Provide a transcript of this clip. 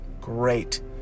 Great